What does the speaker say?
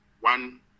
one